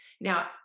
Now